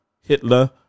Hitler